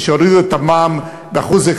כשהורידו את המע"מ ב-1%,